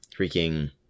freaking